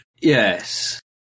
yes